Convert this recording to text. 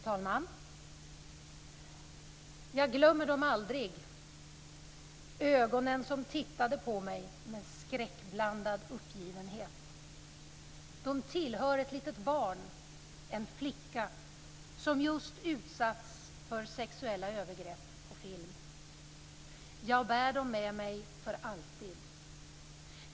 Fru talman! "Jag glömmer dem aldrig. Ögonen som tittade på mig med skräckblandad uppgivenhet. De tillhör ett litet barn, en flicka som just utsatts för sexuella övergrepp på film. Jag bär dem med mig för alltid.